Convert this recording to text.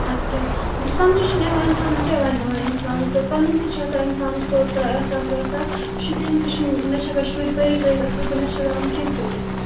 اَدٕ کیٛاہ سَمجھٕے چھُنہٕ یِوان اِنسان وۅنۍ کیٛاہ وَنہِ یِمَن اِنسان تہٕ پَنُن تہِ چھُ آسان اِنسانَس توتہِ تھوڑا احساس وحساس شُرٮ۪ن تہِ چھُنہٕ نہَ چھِ ہٮ۪کان شُرۍ پٔرِتھ ؤرِتھ اَصٕل پٲٹھۍ نہَ چھِ ہٮ۪کان یِم کیٚنٛہہ کٔرِتھ